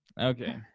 Okay